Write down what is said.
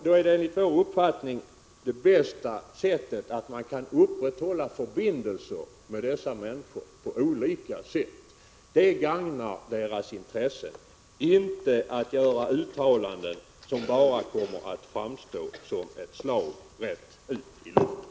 Då är enligt vår uppfattning det bästa att man upprätthåller förbindelser med dessa människor på olika sätt. Det gagnar deras intressen — inte att göra uttalanden som bara kommer att framstå som slag rätt ut i luften.